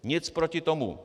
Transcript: Nic proti tomu.